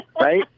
Right